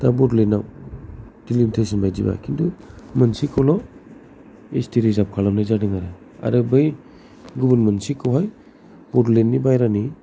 दा बड'लेण्डआव दिलिमिथेसन नि बादिब्ला किन्टु मोननसेखौल' एस टि रिजार्ब खालामनाय जादों आरो बे गुबुन मोनसेखौहाय बड'लेण्डनि बायह्रानि